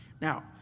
Now